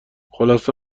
خلاصه